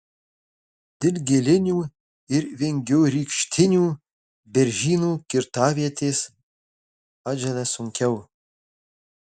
dilgėlinių ir vingiorykštinių beržynų kirtavietės atželia sunkiau